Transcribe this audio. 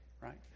right